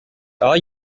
are